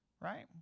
right